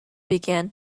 began